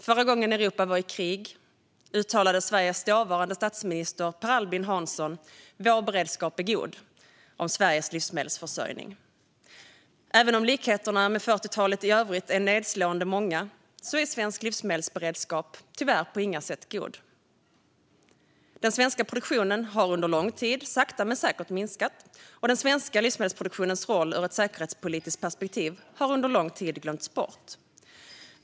Förra gången Europa var i krig uttalade Sveriges dåvarande statsminister Per Albin Hansson att "vår beredskap är god" om Sveriges livsmedelsförsörjning. Även om likheterna med 40-talet i övrigt är nedslående många är svensk livsmedelsberedskap tyvärr på inga sätt god. Den svenska produktionen har under lång tid sakta men säkert minskat, och den svenska livsmedelproduktionens roll ur ett säkerhetspolitiskt perspektiv har under lång tid glömts bort.